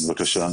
בבקשה.